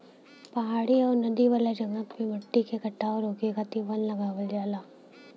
पहाड़ी आउर नदी वाला जगह पे मट्टी के कटाव रोके खातिर वन लगावल जाला